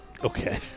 Okay